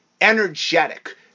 energetic